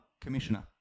commissioner